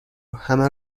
همه